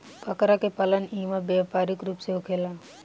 बकरा के पालन इहवा व्यापारिक रूप से होखेला